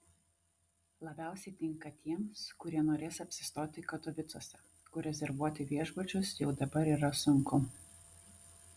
labiausia tinka tiems kurie norės apsistoti katovicuose kur rezervuoti viešbučius jau dabar yra sunku